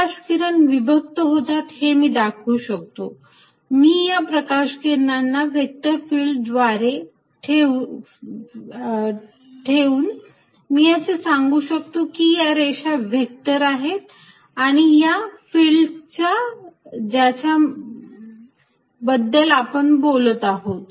प्रकाश किरण विभक्त होतात हे मी दाखवू शकतो मी या प्रकाश किरणांना व्हेक्टर फिल्ड द्वारे ठेवून मी असे सांगू शकतो कि या रेषा व्हेक्टर आहेत या फिल्ड च्या ज्याच्याबद्दल आपण बोलत आहोत